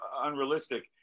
unrealistic